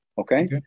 Okay